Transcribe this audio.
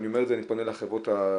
אני אומר את זה ופונה לחברות הסלולר,